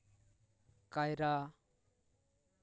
ᱠᱟᱭᱨᱟ